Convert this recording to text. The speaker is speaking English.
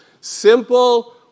simple